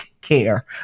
care